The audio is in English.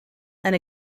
and